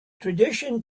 tradition